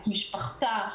את משפחתה,